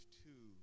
two